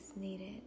needed